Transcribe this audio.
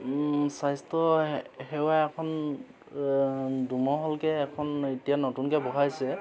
স্বাস্থ্য সেৱা এখন দুমহলকৈ এখন এতিয়া নতুনকৈ বহাইছে